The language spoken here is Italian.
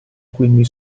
quindi